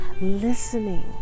listening